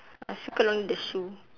I circle on the shoe